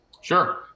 Sure